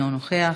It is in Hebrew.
אינו נוכח,